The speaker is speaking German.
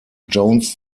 jones